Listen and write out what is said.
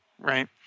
Right